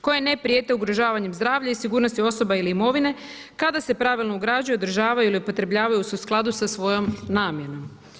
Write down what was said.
koje ne prijete ugrožavanju zdravlja i sigurnosti osoba ili imovine kada se pravilno ugrađuju, održavaju ili upotrebljavaju u skladu sa svojom namjenom.